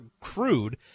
crude –